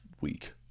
week